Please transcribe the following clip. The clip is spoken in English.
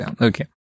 Okay